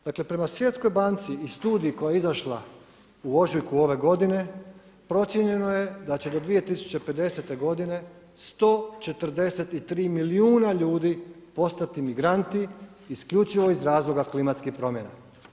Dakle, prema Svjetskoj banci i Studiji koja je izašla u ožujku ove godine, procijenjeno je da će do 2050. godine 143 milijuna ljudi postati migranti, isključivo iz razloga klimatskih promjena.